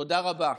תודה רבה.